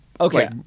okay